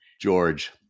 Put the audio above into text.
George